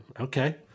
Okay